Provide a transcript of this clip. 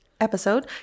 episode